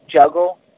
juggle